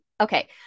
Okay